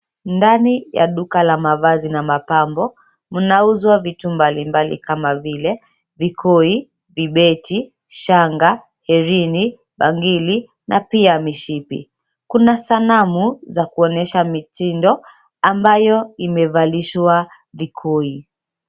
Ndani ya duka la mavazi na mapambo mnauzwa vitu mbalimbali kama vile vikoi, vibeti, shanga, herini, bangili na pia mishipi. Kuna sanamu za kuonyesha mitindo ambayo imevalishwa vikoi.